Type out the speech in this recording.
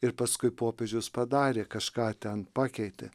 ir paskui popiežius padarė kažką ten pakeitė